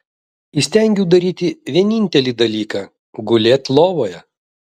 įstengiu daryti vienintelį dalyką gulėt lovoje